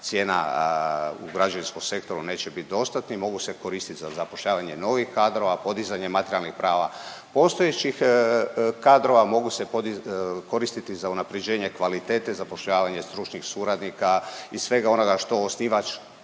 cijena u građevinskom sektoru neće bit dostatni mogu se koristiti za zapošljavanje novih kadrova, podizanje materijalnih prava postojećih kadrova. Mogu se koristiti za unapređenje kvalitete, zapošljavanje stručnih suradnika i svega onoga što osnivač